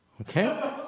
Okay